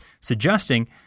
suggesting